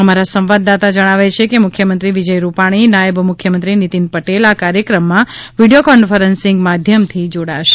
અમારા સંવાદદાતા જણાવે છે કે મુખ્યમંત્રી વિજય રૂપાણી નાયબ મુખ્યમંત્રી નીતિન પટેલ આ કાર્યક્રમમાં વીડિયો કોન્ફરન્સિંગ માધ્યમથી જોડાશે